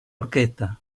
orquesta